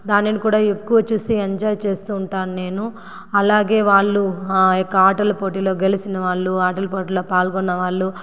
దానిని కూడా ఎక్కువ చూసి ఎంజాయ్ చేస్తు ఉంటాను నేను అలాగే వాళ్ళు ఆ యొక్క ఆటల పోటీలో గెలిచిన వాళ్ళు ఆటలు పోటీలో పాల్గొన్న వాళ్ళు